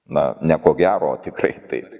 na ne ko gero o tikrai taip